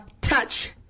Touch